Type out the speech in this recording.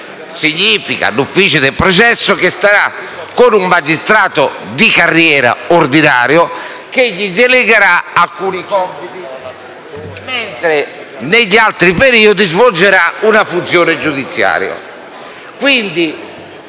magistrato onorario starà con un magistrato di carriera ordinario, che gli delegherà alcuni compiti mentre, negli altri periodi, svolgerà una funzione giudiziaria.